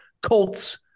Colts